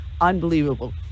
Unbelievable